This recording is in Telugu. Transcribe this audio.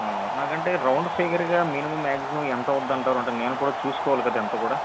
నాకంటే రౌండ్ ఫిగర్గా మినిమమ్ మ్యాక్సిమమ్ ఎంత అవుద్దాంటారు నేను కూడా చూసుకోవాలి కదా ఎంత కూడా